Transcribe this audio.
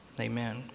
Amen